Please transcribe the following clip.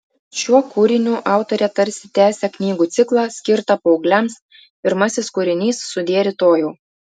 šiuo kūriniu autorė tarsi tęsia knygų ciklą skirtą paaugliams pirmasis kūrinys sudie rytojau